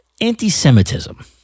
anti-Semitism